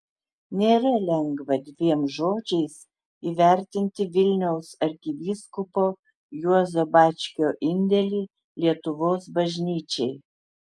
nėra lengva dviem žodžiais įvertinti vilniaus arkivyskupo juozo bačkio indėlį lietuvos bažnyčiai